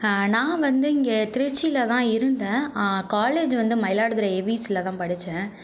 நான் வந்து இங்கே திருச்சியில் தான் இருந்தேன் காலேஜ் வந்து மயிலாடுதுறை ஏவிசியில் தான் படித்தேன்